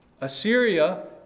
Assyria